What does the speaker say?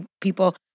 people